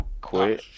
quit